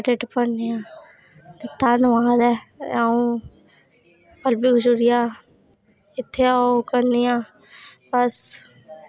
अपना ढेड भरने आं ते धन्यबाद ऐ अ'ऊं पल्लवी खजूरिया इत्थै अ'ऊं करनी आ बस इ'या होंदी ऐ साढ़ी